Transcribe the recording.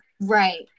right